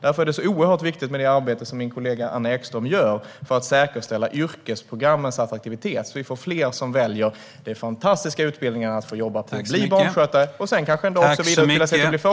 Därför är det så viktigt med det arbete som min kollega Anna Ekström gör för att säkerställa yrkesprogrammens attraktivitet, så att vi får fler som väljer den fantastiska utbildningen till barnskötare och sedan en dag kanske går vidare och blir förskollärare.